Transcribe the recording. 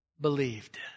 believed